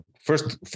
first